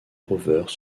rovers